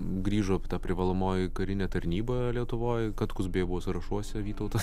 grįžo ta privalomoji karinė tarnyba lietuvoj katkus beje buvo sąrašuose vytautas